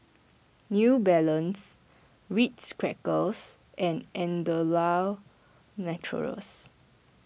New Balance Ritz Crackers and Andalou Naturals